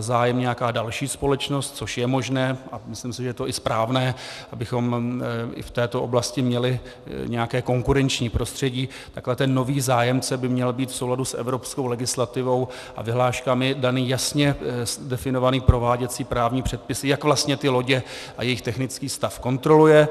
zájem nějaká další společnost, což je možné, a myslím si, že je to i správné, abychom i v této oblasti měli nějaké konkurenční prostředí, tak ten nový zájemce by měl mít v souladu s evropskou legislativou a vyhláškami daný jasně definovaný prováděcí právní předpis, jak vlastně ty lodě a jejich technický stav kontroluje.